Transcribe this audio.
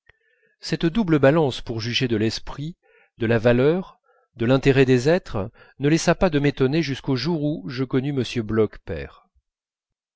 cette double balance pour juger de l'esprit de la valeur de l'intérêt des êtres ne laissa pas de m'étonner jusqu'au jour où je connus m bloch père